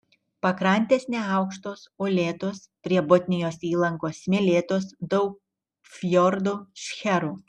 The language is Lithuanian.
pakrantės neaukštos uolėtos prie botnijos įlankos smėlėtos daug fjordų šcherų